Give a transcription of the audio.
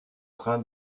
train